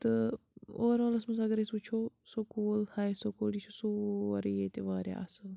تہٕ اُوَرآلَس منٛز اگر أسۍ وُچھو سکوٗل ہاے سکوٗل یہِ چھُ سورٕے ییٚتہِ واریاہ اصٕل